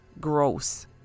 Gross